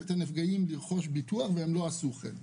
את הנפגעים לרכוש ביטוח והם לא עשו כן).